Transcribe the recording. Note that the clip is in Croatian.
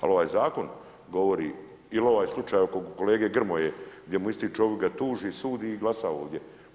Ali, ovaj zakon govori ili ovaj slučaj oko kolege Grmoje, gdje mu ističe, a ovaj ga tuži, sudi i glasa ovdje.